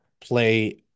play